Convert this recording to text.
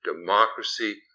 democracy